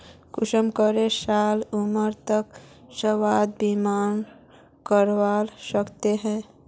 कुंसम करे साल उमर तक स्वास्थ्य बीमा करवा सकोहो ही?